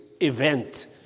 event